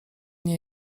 nie